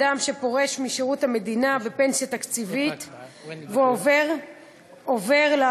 אדם שפורש משירות המדינה בפנסיה תקציבית ועובר לעבוד,